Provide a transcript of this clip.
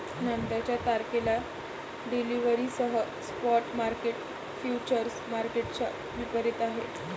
नंतरच्या तारखेला डिलिव्हरीसह स्पॉट मार्केट फ्युचर्स मार्केटच्या विपरीत आहे